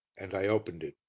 and i opened it.